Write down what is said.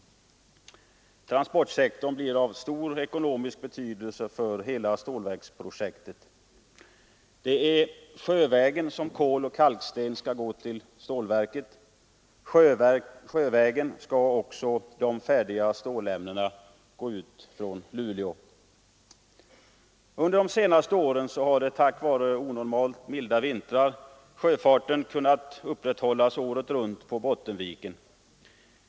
Transportsektorn blir sålunda av stor ekonomisk betydelse för hela stålverksprojektet. Det är sjövägen som kol och kalksten skall gå till stålverket, och det är sjövägen som också de färdiga stålämnena skall gå ut från Luleå. Tack vare onormalt milda vintrar har sjöfarten på Bottenviken under de senaste åren kunnat upprätthållas året runt.